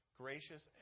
gracious